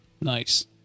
Nice